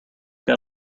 got